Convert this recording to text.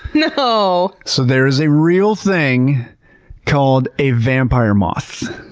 no! so there is a real thing called a vampire moth.